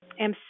MC